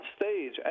stage